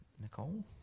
Nicole